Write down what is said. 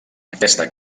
aquesta